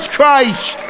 Christ